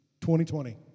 2020